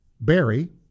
Barry